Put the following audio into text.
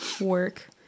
work